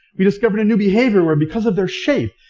we discovered a new behavior where, because of their shape,